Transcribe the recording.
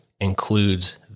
includes